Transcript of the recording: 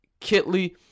Kitley